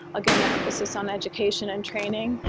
again, the emphasis on education and training.